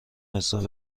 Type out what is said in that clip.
حساب